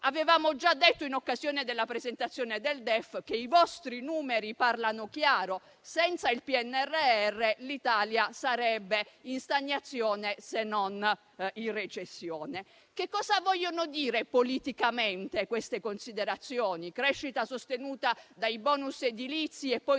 Avevamo già detto in occasione della presentazione del DEF che i vostri numeri parlano chiaro: senza il PNRR, l'Italia sarebbe in stagnazione, se non in recessione. Che cosa vogliono dire politicamente queste considerazioni, ossia crescita sostenuta dai *bonus* edilizi e poi